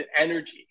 energy